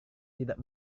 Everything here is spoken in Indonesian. tidak